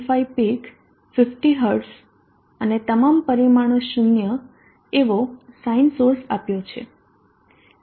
85 peak 50 hertz અને તમામ પરિમાણો 0 એવો સાઈન સોર્સ આપ્યો છે